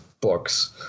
books